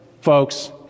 folks